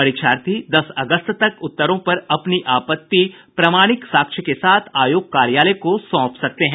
परीक्षार्थी दस अगस्त तक उत्तरों पर अपनी आपत्ति प्रमाणिक साक्ष्य के साथ आयोग कार्यालय को सौंप सकते हैं